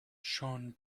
shone